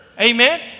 Amen